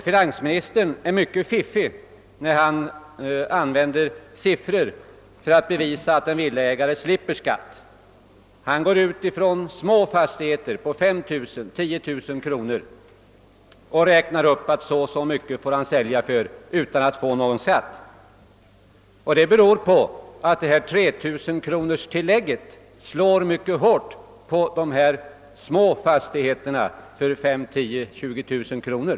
Finansministern är mycket fiffig när han använder siffror för att bevisa att en villaägare slipper skatt. Han går ut från små fastigheter för 5 000—10 000 kronor och räknar fram att vederbörande får sälja för så och så mycket utan att erlägga skatt. Det beror på att 3 000 kronorstillägget inverkar så pass mycket beträffande dessa små fastigheter för 5 000—10 000—20 000 kronor.